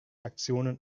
aktionen